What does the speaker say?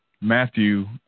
Matthew